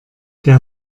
der